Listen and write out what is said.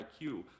IQ